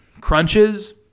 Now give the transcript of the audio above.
crunches